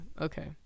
Okay